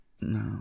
No